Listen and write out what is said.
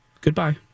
goodbye